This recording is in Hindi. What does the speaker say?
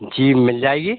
जी मिल जाएगी